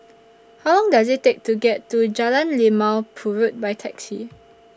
How Long Does IT Take to get to Jalan Limau Purut By Taxi